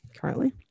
currently